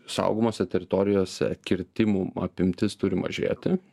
saugomose teritorijose kirtimų apimtis turi mažėti